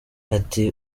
ati